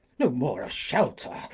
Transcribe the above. no more of shelter,